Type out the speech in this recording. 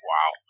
Wow